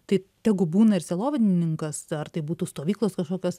tai tegu būna ir sielovadininkas ar tai būtų stovyklos kažkokios